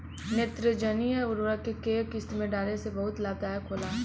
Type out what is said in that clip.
नेत्रजनीय उर्वरक के केय किस्त में डाले से बहुत लाभदायक होला?